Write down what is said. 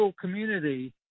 community